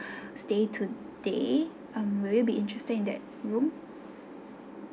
stay today um will you be interested in that room